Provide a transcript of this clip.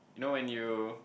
you know when you